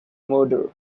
murder